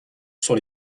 sont